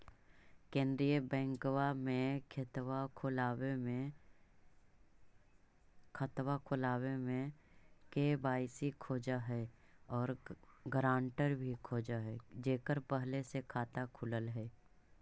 केंद्रीय बैंकवा मे खतवा खोलावे मे के.वाई.सी खोज है और ग्रांटर भी खोज है जेकर पहले से खाता खुलल है?